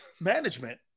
Management